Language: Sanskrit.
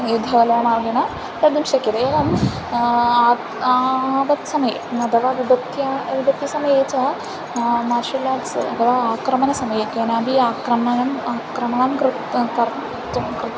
युद्धकला मार्गेन कर्तुं शक्यते एवम् यावत् समये अथवा समये च मार्शल् आर्ट्स् अथवा आक्रमणसमये केनापि आक्रमणम् आक्रमणं कृतं कर्तुं कर्तुं